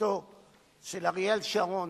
בתקופתם של אריאל שרון